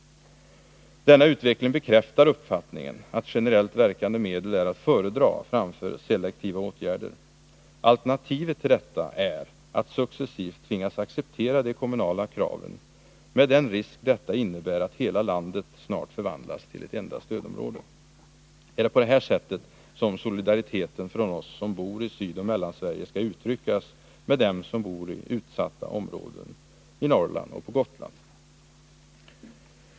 Denna utveckling bekräftar uppfattningen att generellt verkande medel är att föredra framför selektiva åtgärder. Alternativet till detta är att successivt tvingas acceptera de kommunala kraven, med den risk detta innebär att hela landet snart förvandlas till stödområde. Är det på detta sätt som solidariteten från oss som bor i Sydoch Mellansverige skall uttryckas med dem som bor i utsatta områden i Norrland och på Gotland?